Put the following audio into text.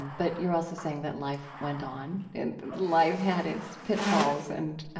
but you're also saying that life went on and life had its pitfalls and